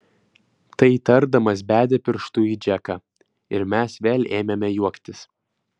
tai tardamas bedė pirštu į džeką ir mes vėl ėmėme juoktis